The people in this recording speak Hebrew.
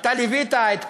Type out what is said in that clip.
אתה ליווית את כל,